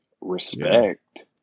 respect